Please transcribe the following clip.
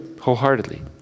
wholeheartedly